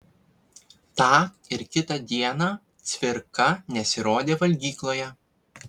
tą ir kitą dieną cvirka nesirodė valgykloje